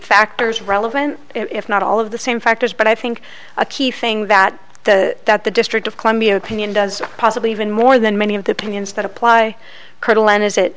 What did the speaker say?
factors relevant if not all of the same factors but i think a key thing that the that the district of columbia opinion does possibly even more than many of the opinions that apply